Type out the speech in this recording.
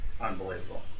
unbelievable